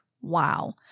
wow